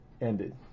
ended